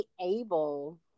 able